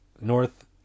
North